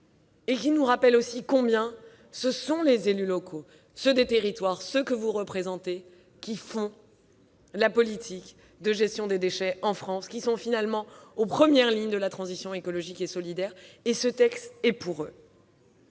Cela nous rappelle combien les élus locaux, ceux des territoires que vous représentez, qui font la politique de gestion des déchets en France, sont finalement en première ligne sur la transition écologique et solidaire. Ce texte est pour eux.